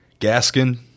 Gaskin